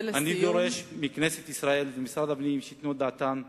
אני דורש מכנסת ישראל וממשרד הפנים שייתנו את דעתם לנאמר.